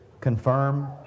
confirm